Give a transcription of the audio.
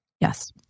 Yes